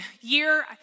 year